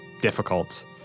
difficult